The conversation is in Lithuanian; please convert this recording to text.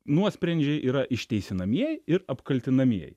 nuosprendžiai yra išteisinamieji ir apkaltinamieji